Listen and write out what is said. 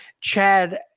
Chad